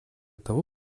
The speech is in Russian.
того